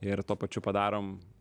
ir tuo pačiu padarom